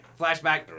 Flashback